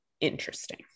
interesting